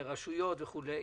רשויות וכולי,